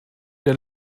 der